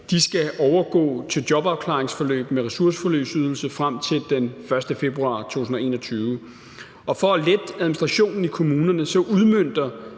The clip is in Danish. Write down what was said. skal overgå til jobafklaringsforløb med ressourceforløbsydelse frem til den 1. februar 2021. Og for at lette administrationen i kommunerne udmønter